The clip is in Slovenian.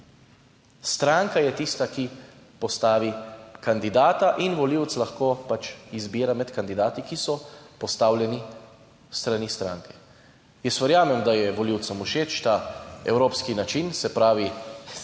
Stranka je tista, ki postavi kandidata in volivec lahko pač izbira med kandidati, ki so postavljeni s strani stranke. Jaz verjamem, da je volivcem všeč ta evropski način, se pravi,